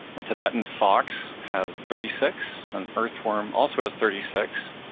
a tibetan fox has thirty six, an earthworm also has thirty six.